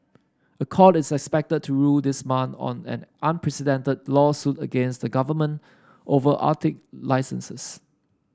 a court is expected to rule this month on an unprecedented lawsuit against the government over Arctic licenses